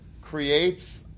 creates